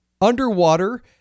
Underwater